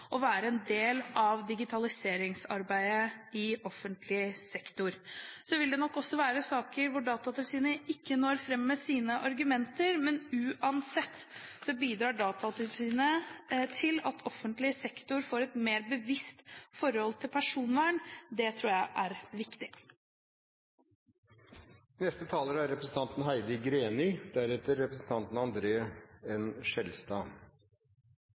og være en del av digitaliseringsarbeidet i offentlig sektor. Det vil nok også være saker hvor Datatilsynet ikke når fram med sine argumenter, men uansett bidrar Datatilsynet til at offentlig sektor får et mer bevisst forhold til personvern. Det tror jeg er